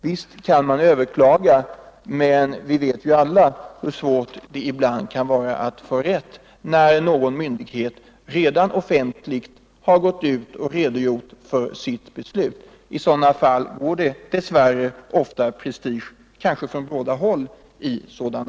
Visst kan man överklaga, men vi vet alla hur svårt det kan vara att få rätt när någon myndighet har offentliggjort sitt beslut, I sådana fall går det tyvärr ofta prestige i ärendena — kanske från båda hållen.